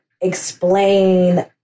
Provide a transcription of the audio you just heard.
explain